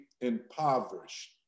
impoverished